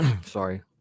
Sorry